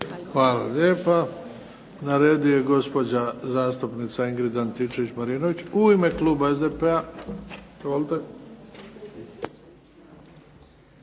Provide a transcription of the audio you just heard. Hvala lijepa. Na redu je gospođa zastupnica Ingrid Antičević Marinović, u ime kluba SDP-a. Izvolite.